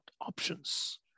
options